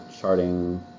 charting